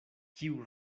kiu